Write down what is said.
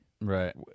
Right